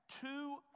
two